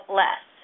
less